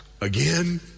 again